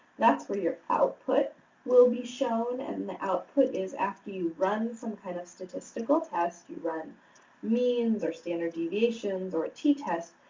that's where your output will be shown and the output is after you've run some kind of statistical test you run means or standard deviations or a t-test,